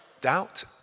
Doubt